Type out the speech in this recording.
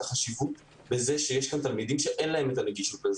החשיבות והקושי בכך שיש תלמידים שאין להם נגישות,